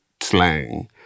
Slang